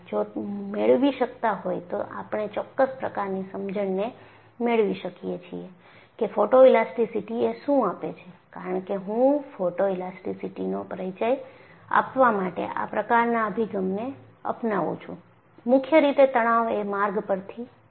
જો મેળવી શકતા હોય તો આપણે ચોક્કસ પ્રકારની સમજણને મેળવી શકીએ છીએ કે ફોટોઇલાસ્ટીસીટી એ શું આપે છે કારણ કે હું ફોટોઇલાસ્ટીસીટીનો પરિચય આપવા માટે આ પ્રકારના અભિગમને અપનાવું છું મુખ્યરીતે તણાવ એ માર્ગ પરથી આવે છે